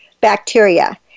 bacteria